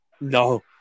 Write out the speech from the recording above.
No